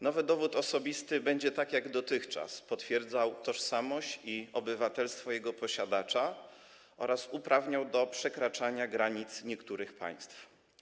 Nowy dowód osobisty będzie, tak jak dotychczas, potwierdzał tożsamość i obywatelstwo jego posiadacza oraz uprawniał do przekraczania granic niektórych państw.